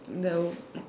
no